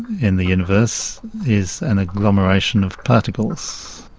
in the universe is an agglomeration of particles.